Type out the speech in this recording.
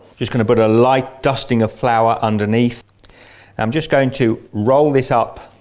just going to put a light dusting of flour underneath i'm just going to roll this up